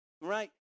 right